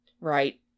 right